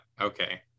okay